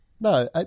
No